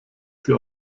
sie